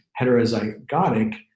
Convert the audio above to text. heterozygotic